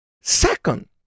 Second